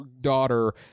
daughter